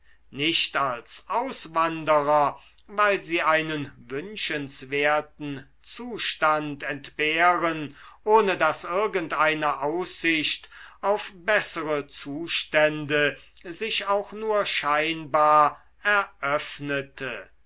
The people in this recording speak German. nicht als auswanderer weil sie einen wünschenswerten zustand entbehren ohne daß irgendeine aussicht auf bessere zustände sich auch nur scheinbar eröffnete